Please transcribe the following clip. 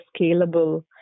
scalable